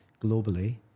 globally